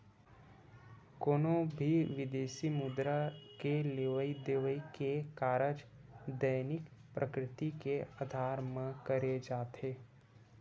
कोनो भी बिदेसी मुद्रा के लेवई देवई के कारज दैनिक प्रकृति के अधार म करे जाथे